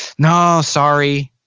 no, sorry.